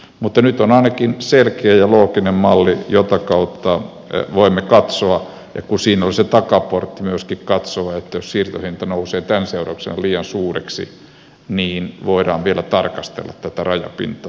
mutta nyt on ainakin selkeä ja looginen malli jota kautta voimme katsoa ja siinä on se takaportti myöskin katsoa että jos siirtohinta nousee tämän seurauksena liian suureksi niin voidaan vielä tarkastella tätä rajapintaa